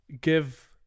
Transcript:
give